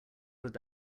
would